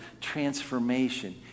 transformation